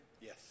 Yes